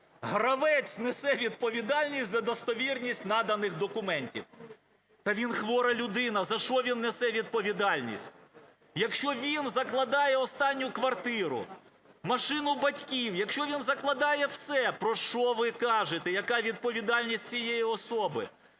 гравець несе відповідальність за достовірність наданих документів. Та він хвора людина, за що він несе відповідальність? Якщо він закладає останню квартиру, машину батьків, якщо він закладає все, про що ви кажете, яка відповідальність цієї особи?